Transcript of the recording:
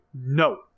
no